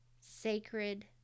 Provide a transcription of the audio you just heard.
sacred